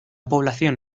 población